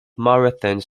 marathons